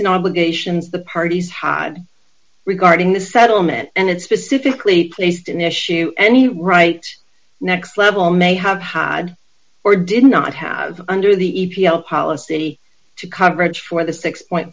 and obligations the parties had regarding the settlement and it's specifically placed an issue any right next level may have had or did not have under the e p l policy to coverage for the six